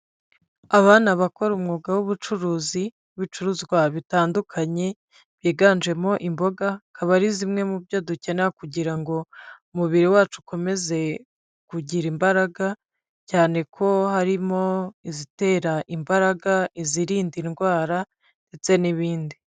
Aba n'abakora umwuga w'ubucuruzi w'ibicuruzwa bitandukanye byiganjemo imboga, akaba ari zimwe mu byo dukeneye kugira ngo umubiri wacu ukomeze kugira imbaraga, cyane ko harimo izitera imbaraga, izirinda indwara ndetse n'ibindi